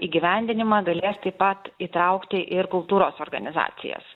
įgyvendinimą galės taip pat įtraukti ir kultūros organizacijas